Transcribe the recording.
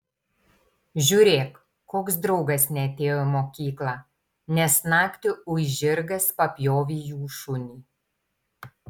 žiūrėk koks draugas neatėjo į mokyklą nes naktį uis žirgas papjovė jų šunį